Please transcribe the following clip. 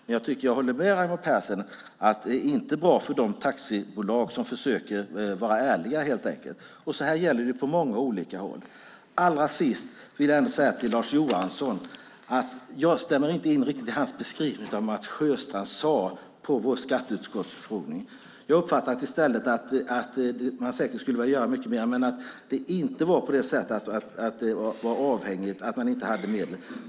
Men jag håller med Raimo Pärssinen om att det inte är bra för de taxibolag som försöker vara ärliga. Så här är det på många olika håll. Allra sist vill jag säga till Lars Johansson att jag inte riktigt instämmer i hans beskrivning av vad Mats Sjöstrand sade i skatteutskottets utfrågning. Jag uppfattade att man skulle göra mycket mer men att man inte hade medel.